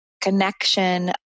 connection